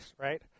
right